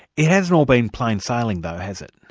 it hasn't all been plain sailing though, has it?